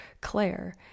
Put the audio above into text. Claire